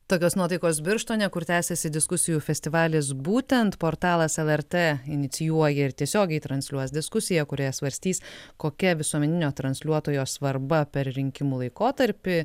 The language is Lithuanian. tokios nuotaikos birštone kur tęsiasi diskusijų festivalis būtent portalas lrt inicijuoja ir tiesiogiai transliuos diskusiją kurioje svarstys kokia visuomeninio transliuotojo svarba per rinkimų laikotarpį